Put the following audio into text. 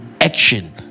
action